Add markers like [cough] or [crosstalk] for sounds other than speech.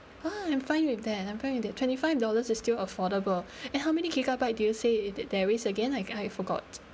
!wah! I'm fine with that I'm fine with that twenty five dollars is still affordable [breath] and how many gigabyte do you say it there is again I I forgot